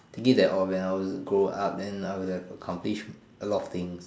thinking that uh when I was to grow up then I would have accomplish a lot of things